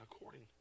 according